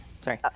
sorry